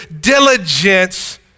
Diligence